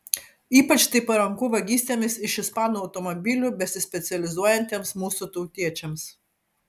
ypač tai paranku vagystėmis iš ispanų automobilių besispecializuojantiems mūsų tautiečiams